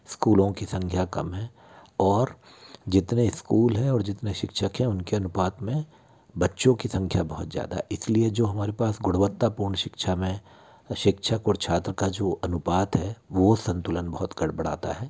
इस्कूलों की संख्या कम है और जितने इस्कूल हैं और जितने शिक्षक हैं अनुपात में बच्चों की संख्या बहुत ज़्यादा है इस लिए जो हमारे पास गुणवत्तापूर्ण शिक्षा में शिक्षक और छात्र का जो अनुपात है वो संतुलन बहुत गड़बड़ाता है